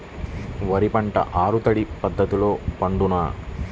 వరి పంట ఆరు తడి పద్ధతిలో పండునా?